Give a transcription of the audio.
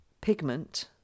pigment